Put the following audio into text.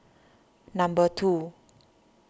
number two